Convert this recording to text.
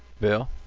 Bill